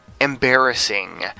Embarrassing